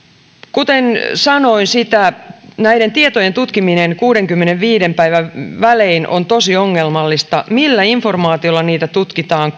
kuten sanoin näiden tietojen tutkiminen kuudenkymmenenviiden päivän välein on tosi ongelmallista millä informaatiolla niitä tutkitaan